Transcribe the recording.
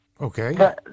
Okay